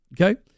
Okay